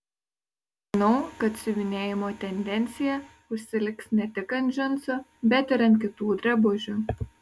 manau kad siuvinėjimo tendencija užsiliks ne tik ant džinsų bet ir ant kitų drabužių